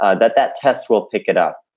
ah that that test will pick it up.